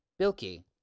Bilky